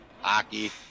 hockey